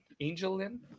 Angelin